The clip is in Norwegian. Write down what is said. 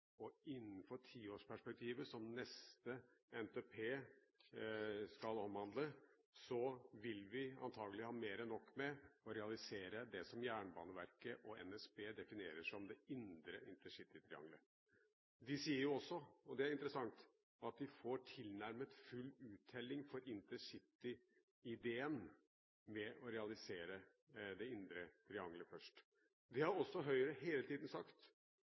samtidig. Innenfor det tiårsperspektivet som neste NTP skal omhandle, vil vi antakelig ha mer enn nok med å realisere det som Jernbaneverket og NSB definerer som det indre intercitytriangelet. De sier jo også – og det er interessant – at de får tilnærmet full uttelling for intercityideen ved å realisere det indre triangelet først. Det har også Høyre hele tiden sagt.